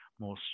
more